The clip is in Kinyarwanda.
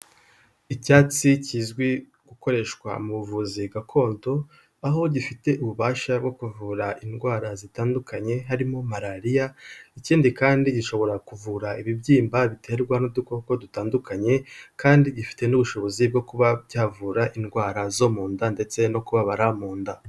Icyatsi kizwi gukoreshwa mu buvuzi gakondo, aho gifite ububasha bwo kuvura indwara zitandukanye, harimo malariya, ikindi kandi ishobora kuvura ibibyimba biterwa n'udukoko dutandukanye, kandi gifite n'ubushobozi bwo kuba cyavura indwara zo mu nda ndetse no kubabara mu nda.